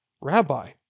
Rabbi